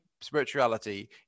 spirituality